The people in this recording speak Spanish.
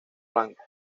blanco